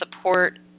support